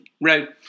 right